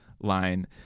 line